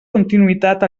continuïtat